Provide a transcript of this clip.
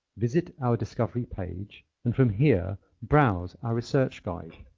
visit our discovery page and from here browse our research guides.